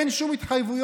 אין שום התחייבויות,